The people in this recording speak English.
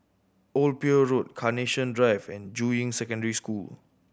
Old Pier Road Carnation Drive and Juying Secondary School